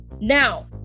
Now